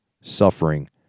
suffering